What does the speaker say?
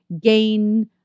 gain